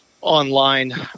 online